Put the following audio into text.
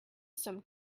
some